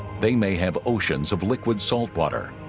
they may have oceans of liquid salt water,